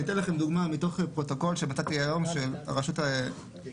אתן לכם דוגמה מתוך פרוטוקול שמצאתי היום של רשות המים,